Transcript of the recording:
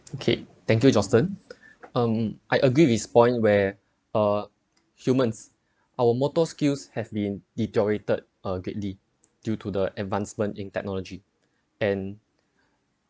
okay thank you justin um I agree with his point where uh humans our motor skills have been deteriorated uh greatly due to the advancement in technology and